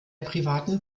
privaten